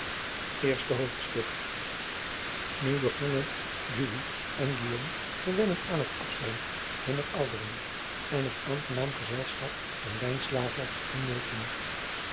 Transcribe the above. erste hoofdstuk u begonnen en te gewennen aan het afzijn hunner ouderen en het aangenaam gezelschap van